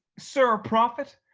sir prophet,